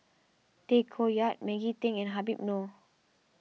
Tay Koh Yat Maggie Teng and Habib Noh